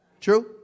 True